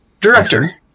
Director